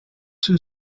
two